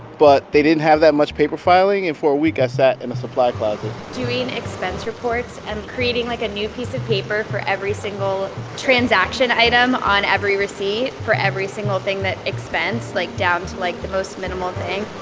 but they didn't have that much paper filing, and for a week, i sat in a supply closet doing expense reports and creating, like, a new piece of paper for every single transaction item on every receipt for every single thing that expensed, like, down to, like, the most minimal thing